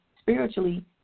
spiritually